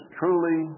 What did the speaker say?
truly